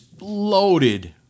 loaded